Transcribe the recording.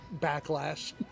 backlash